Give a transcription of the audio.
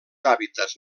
hàbitats